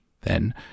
Then